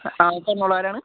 ആ പറഞ്ഞോളു ആരാണ്